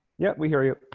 yeah, we hear you.